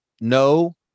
no